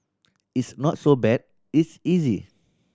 it's not so bad it's easy